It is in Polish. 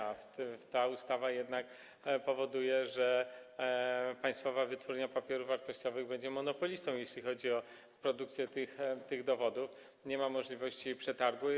A ta ustawa jednak powoduje, że Państwowa Wytwórnia Papierów Wartościowych będzie monopolistą, jeśli chodzi o produkcję tych dowodów, nie ma możliwości przetargu.